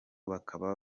bakaba